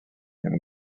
him